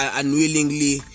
unwillingly